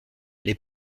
les